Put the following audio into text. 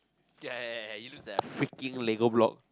ya ya ya it's a freaking lego block